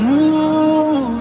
Move